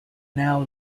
now